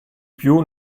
più